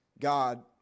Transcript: God